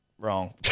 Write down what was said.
Wrong